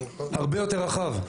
הרבה יותר רחב.